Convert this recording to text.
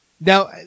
Now